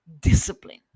discipline